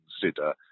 consider